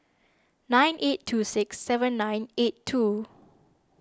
nine eight two six seven nine eight two